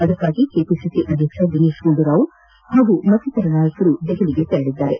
ಅದಕ್ಕಾಗಿ ಕೆಪಿಸಿಸಿ ಅಧ್ಯಕ್ಷ ದಿನೇಶ್ ಗುಂಡೂರಾವ್ ಹಾಗೂ ಮತ್ತಿತರ ನಾಯಕರು ದೆಹಲಿಗೆ ತೆರಳಿದ್ದಾರೆ